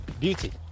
Beauty